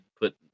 put